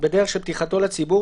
בדרך של פתיחתו לציבור,